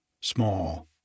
small